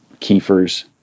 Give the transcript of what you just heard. kefirs